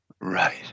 Right